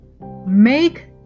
Make